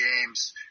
games